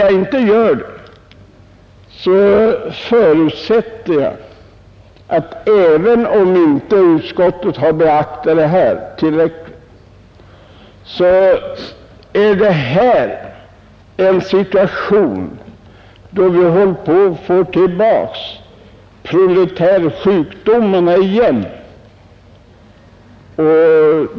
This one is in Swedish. Jag vill bara understryka något som utskottet inte har beaktat tillräckligt, nämligen att situationen är den att vi håller på att få tillbaka proletärsjukdomarna.